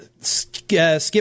skip